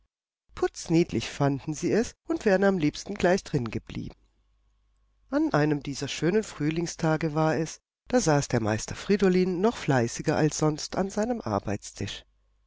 putzniedlich fanden sie es und wären am liebsten gleich drin geblieben an einem dieser schönen frühlingstage war es da saß der meister friedolin noch fleißiger als sonst an seinem arbeitstisch